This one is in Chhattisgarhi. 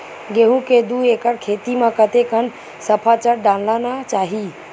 गेहूं के दू एकड़ खेती म कतेकन सफाचट डालना चाहि?